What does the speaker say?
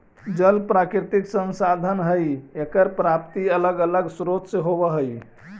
जल प्राकृतिक संसाधन हई एकर प्राप्ति अलग अलग स्रोत से होवऽ हई